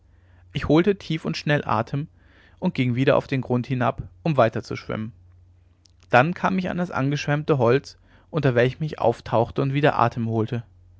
ich holte tief und schnell atem und ging wieder auf den grund hinab um weiter zu schwimmen dann kam ich an das angeschwemmte holz unter welchem ich auftauchte und wieder atem holte